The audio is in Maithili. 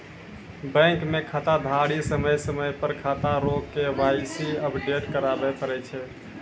बैंक मे खाताधारी समय समय पर खाता रो के.वाई.सी अपडेट कराबै पड़ै छै